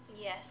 Yes